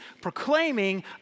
proclaiming